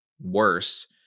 worse